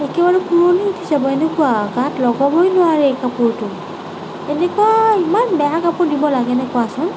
একেবাৰে পোৰনি উঠি যাব এনেকুৱা গাত লগাবই নোৱাৰে কাপোৰটো এনেকুৱা ইমান বেয়া কাপোৰ দিব লাগেনে কোৱাচোন